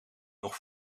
nog